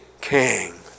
king